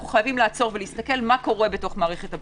חייבים לעצור ולהסתכל מה קורה במערכת הבריאות,